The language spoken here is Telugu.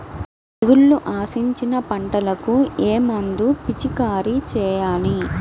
తెగుళ్లు ఆశించిన పంటలకు ఏ మందు పిచికారీ చేయాలి?